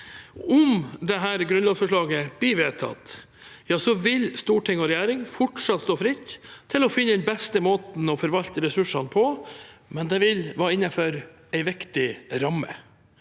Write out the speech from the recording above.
Om dette grunnlovsforslaget blir vedtatt, vil storting og regjering fortsatt stå fritt til å finne den beste måten å forvalte ressursene på, men det vil være innenfor en viktig ramme.